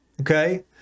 Okay